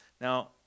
Now